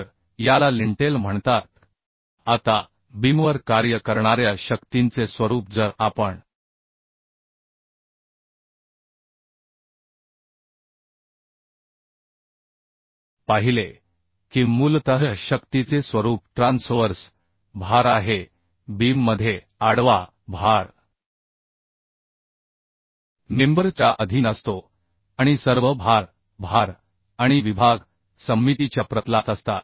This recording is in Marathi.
तर याला लिंटेल म्हणतात आता बीमवर कार्य करणार्या शक्तींचे स्वरूप जर आपण पाहिले की मूलतः शक्तीचे स्वरूप ट्रान्सवर्स भार आहे बीममध्ये आडवा भारमेंबर च्या अधीन असतो आणि सर्व भार भार आणि विभाग सममितीच्या प्रतलात असतात